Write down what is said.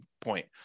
point